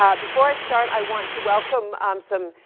um before i start i want to welcome um some,